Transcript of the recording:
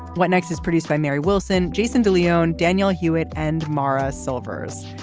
what next is produced by mary wilson jason de leone daniel hewett and maura silvers.